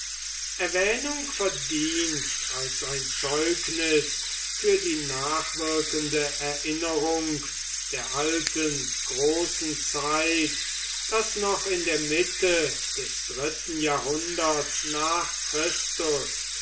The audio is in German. erwähnung verdient als ein zeugnis für die nachwirkende erinnerung der alten großen zeit daß noch in der mitte des dritten jahrhunderts nach christus